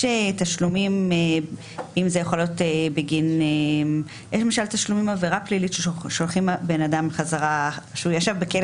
יש למשל תשלומים בגין עבירה פלילית של בן אדם שישב בכלא